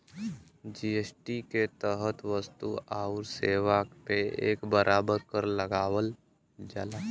GST के तहत वस्तु आउर सेवा पे एक बराबर कर लगावल जाला